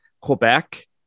Quebec